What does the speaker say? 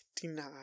denied